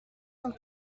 tant